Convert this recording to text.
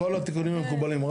טוב, כל התיקונים מקובלים.